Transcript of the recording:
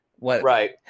Right